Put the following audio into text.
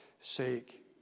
sake